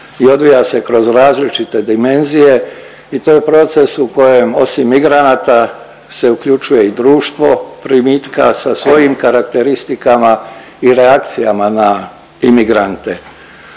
i odvija se kroz različite dimenzije i to je proces u kojem, osim migranata se uključuje i društvo primitka sa svojim karakteristikama i reakcijama na imigrante.